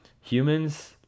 humans